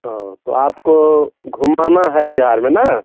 हाँ तो आपको घुमाना है बिहार में न